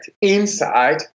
inside